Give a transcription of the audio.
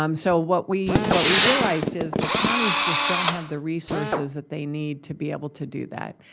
um so, what we what we realized is the counties just don't have the resources that they need to be able to do that.